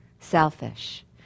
selfish